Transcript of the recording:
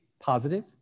positive